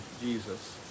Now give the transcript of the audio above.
Jesus